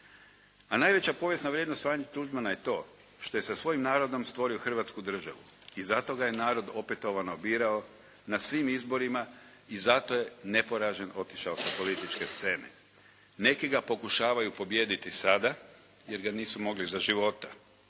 A najveća povijesna vrijednost Franje Tuđmana je to što je sa svojim narodom stvorio hrvatsku državu i zato ga je narod opetovano birao na svim izborima i zato je neporažen ostao sa političke scene. Neki ga pokušavaju pobijediti sada, jer ga nisu mogli za života.